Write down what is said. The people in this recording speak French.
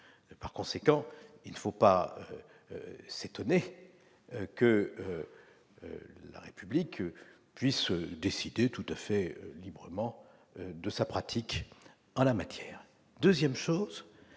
Par conséquent, il ne faut pas s'étonner que celle-ci puisse décider tout à fait librement de sa pratique en la matière. J'en viens,